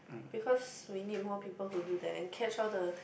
because we need more people to do that and catch all the